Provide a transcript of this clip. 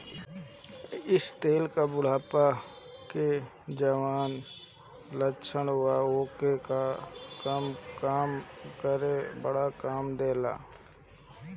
इ तेल बुढ़ापा के जवन लक्षण बा ओके कम करे में बड़ा काम देला